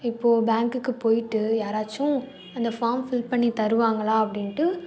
இப்போ பேங்குக்கு போய்விட்டு யாராச்சும் அந்த ஃபார்ம் ஃபில் பண்ணித் தருவாங்களா அப்டின்னு